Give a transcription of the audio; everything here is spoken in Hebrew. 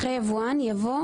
אחרי "יבואן" יבוא